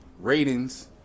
ratings